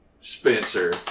spencer